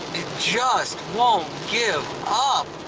just won't give ah